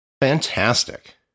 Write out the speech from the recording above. Fantastic